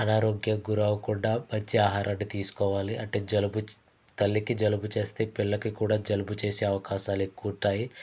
అనారోగ్యం గురవకుండా మంచి ఆహారాన్ని తీసుకోవాలి అంటే జలుబు తల్లికి జలుబు చేస్తే పిల్లకి కూడా జలుబు చేసే అవకాశాలెక్కువుంటాయి